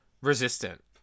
Resistant